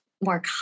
more